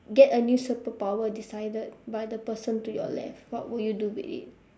get a new superpower decided by the person to your left what would you do with it